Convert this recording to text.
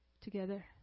together